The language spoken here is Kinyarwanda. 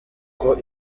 uko